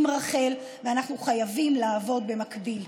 עם רח"ל, ואנחנו חייבים לעבוד במקביל.